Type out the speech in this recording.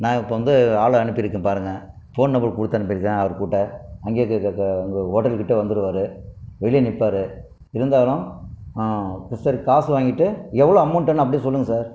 நாங்கள் இப்போ வந்து ஆளை அனுப்பியிருக்கேன் பாருங்கள் ஃபோன் நம்பர் கொடுத்து அனுப்பியிருக்கேன் அவர்க்கிட்ட அங்கேயே அங் உங்கள் ஹோட்டல் கிட்டே வந்துடுவாரு வெளியே நிற்பாரு இருந்தாலும் சார் காசு வாங்கிகிட்டு எவ்வளோ அமௌண்ட்டுனு அப்படியே சொல்லுங்கள் சார்